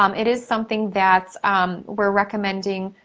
um it is something that we're recommending